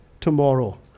tomorrow